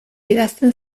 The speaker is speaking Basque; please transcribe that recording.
idazten